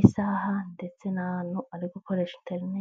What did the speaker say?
isaha ndetse n'ahantu ari gukoresha enterine.